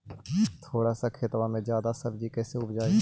थोड़ा सा खेतबा में जादा सब्ज़ी कैसे उपजाई?